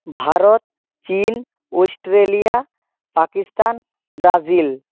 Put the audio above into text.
ভারত চীন Australia Pakistan Brazil